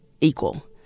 equal